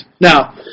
Now